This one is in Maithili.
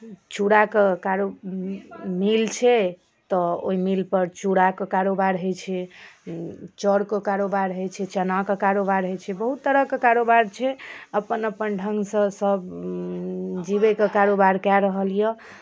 चूड़ाके कारो मिल छै तऽ ओहि मिलपर चूड़ाके कारोबार होइ छै चाउरके कारोबार होइ छै चनाके कारोबार होइ छै बहुत तरहके कारोबार छै अपन अपन ढङ्गसँ सभ जीवयके कारोबार कए रहल यए